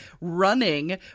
running